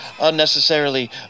unnecessarily